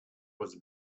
was